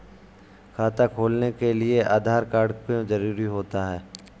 खाता खोलने के लिए आधार कार्ड क्यो जरूरी होता है?